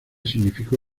significó